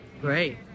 Great